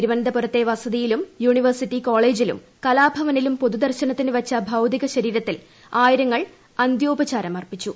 തിരുവനന്തപുരത്തെ വസതിയിലും യൂണിവേഴ്സിറ്റി കോളേജിലും കലാഭവനിലും പൊതുദർശനത്തിനു വച്ച ഭൌതികശരീരത്തിൽ ആയിരങ്ങൾ അന്ത്യോപചാരം അർപ്പിച്ചു